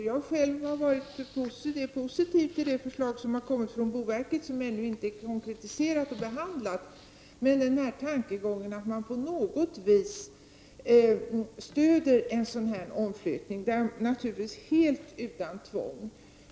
Jag själv är positiv till det förslag från boverket som ännu inte är konkretiserat och behandlat men där tankegången är att man på något sätt skall stödja en omflyttning, naturligtvis helt utan tvång.